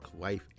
life